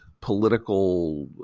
political